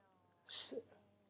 s~